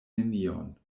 nenion